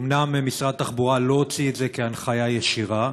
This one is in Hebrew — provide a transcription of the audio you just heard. ואומנם משרד התחבורה לא הוציא את זה כהנחיה ישירה,